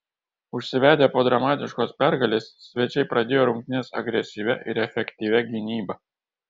užsivedę po dramatiškos pergalės svečiai pradėjo rungtynes agresyvia ir efektyvia gynyba